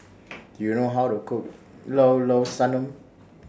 Do YOU know How to Cook Llao Llao Sanum